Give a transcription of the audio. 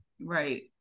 Right